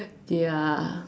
ya